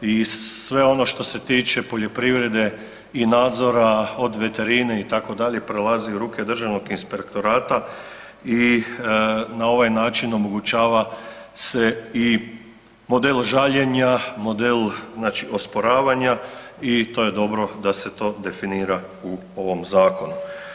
i sve ono što se tiče poljoprivrede i nadzora od veterine itd. prelazi u ruke Državnog inspektorata i na ovaj način omogućava se i model žaljenja, model znači osporavanja i to je dobro da se to definira u ovom zakonu.